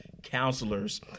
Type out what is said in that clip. counselors